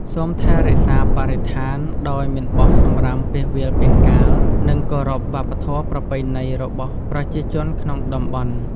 សូមថែរក្សាបរិស្ថាន ដោយមិនបោះសំរាមពាសវាលពាសកាល និងគោរពវប្បធម៌ប្រពៃណីរបស់ប្រជាជនក្នុងតំបន់។